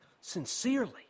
sincerely